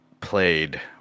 Played